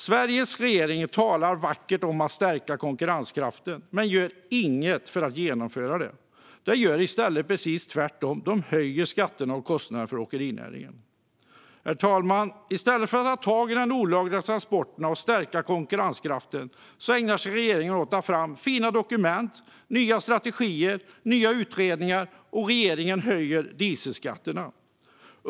Sveriges regering talar vackert om att stärka konkurrenskraften men gör inget för att genomföra det. De gör i stället precis tvärtom. De höjer skatterna och kostnaderna för åkerinäringen. Herr talman! I stället för att ta tag i de olagliga transporterna och stärka konkurrenskraften ägnar sig regeringen åt att ta fram fina dokument, nya strategier och nya utredningar samt åt att höja dieselskatten.